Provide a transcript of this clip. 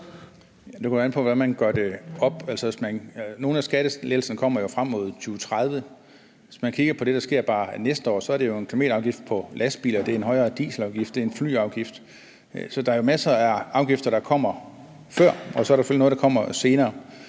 jo an på, hvordan man gør det op. Nogle af skattelettelserne kommer jo frem mod 2030. Hvis man kigger på det, der sker bare næste år, så er det jo en kilometerafgift på lastbiler, det er en højere dieselafgift, og det er en flyafgift. Så der er jo masser af afgifter, der kommer før, og så er der selvfølgelig noget, der kommer senere.